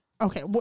Okay